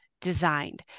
designed